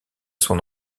son